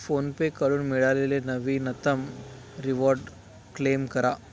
फोनपेकडून मिळालेले नवीनतम reward claim करा